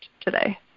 today